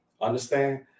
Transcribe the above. Understand